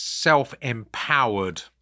self-empowered